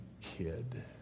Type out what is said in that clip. kid